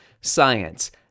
Science